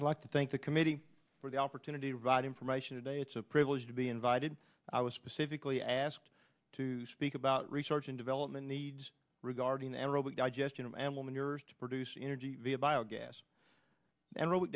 i'd like to thank the committee for the opportunity right information today it's a privilege to be invited i was specifically asked to speak about research and development needs regarding aerobic digestion of animal manure to produce energy via bio gas and r